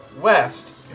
west